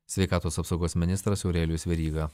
sveikatos apsaugos ministras aurelijus veryga